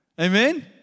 amen